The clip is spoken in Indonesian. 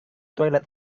toilet